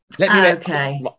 Okay